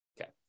Okay